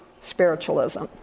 spiritualism